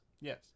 Yes